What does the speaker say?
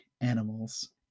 animals